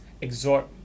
exhort